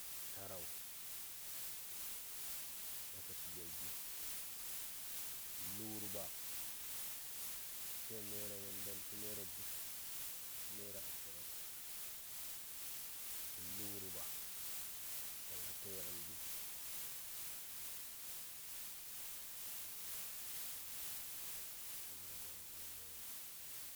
Tarau lokaci gya gi dullu wurɓa atayi nera namdam tə nera dzub tə nera ashirin dullu wurɓa in ata yi ngəndi abinda zan iya gaya maka kenaŋ.